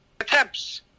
attempts